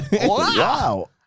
Wow